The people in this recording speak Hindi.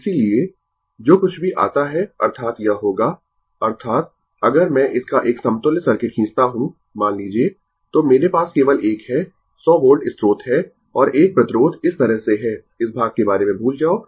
इसीलिए जो कुछ भी आता है अर्थात यह होगा अर्थात अगर मैं इसका एक समतुल्य सर्किट खींचता हूं मान लीजिए तो मेरे पास केवल एक है 100 वोल्ट स्रोत है और एक प्रतिरोध इस तरह से है इस भाग के बारे में भूल जाओ